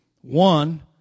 One